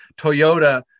Toyota